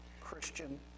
Christian